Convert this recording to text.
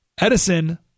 Edison